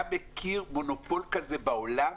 אתה מכיר מונופול כזה בעולם?